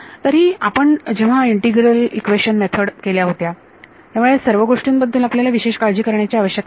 तरी आपण जेव्हा इंटीग्रल इक्वेशन मेथड केल्या होत्या त्यामुळे सर्व गोष्टींबद्दल आपल्याला विशेष काळजी करण्याची आवश्यकता नाही